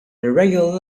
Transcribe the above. irregular